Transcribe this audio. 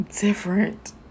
different